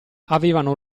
avevano